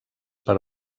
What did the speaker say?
per